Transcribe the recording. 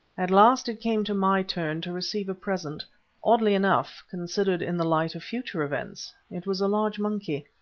at last it came to my turn to receive a present oddly enough, considered in the light of future events, it was a large monkey.